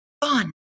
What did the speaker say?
fun